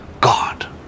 God